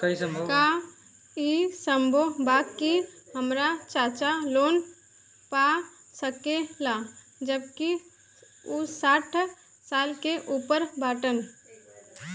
का ई संभव बा कि हमार चाचा लोन पा सकेला जबकि उ साठ साल से ऊपर बाटन?